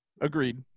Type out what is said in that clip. agreed